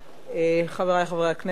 חברי חברי הכנסת,